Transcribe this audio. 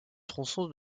tronçon